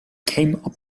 came